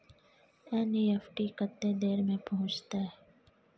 NEFT कत्ते देर में पहुंचतै?